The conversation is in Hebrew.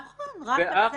נכון, רק לגבי זה.